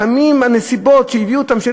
לפעמים הנסיבות שהביאו אותם לכך שיהיה